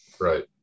Right